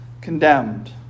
condemned